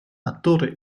attore